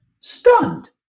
stunned